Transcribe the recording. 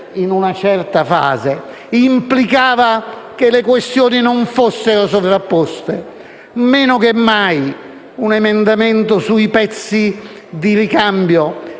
in una certa fase implicavano che le questioni non fossero sovrapposte e men che mai che un emendamento sui pezzi di ricambio